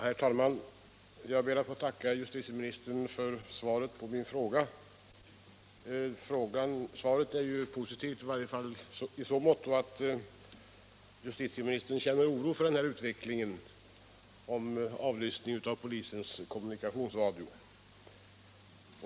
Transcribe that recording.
Herr talman! Jag ber att få tacka justitieministern för svaret på min fråga. Svaret är ju positivt, i varje fall i så måtto att justitieministern känner oro för utvecklingen när det gäller avlyssningen av polisens kommunikationsradio.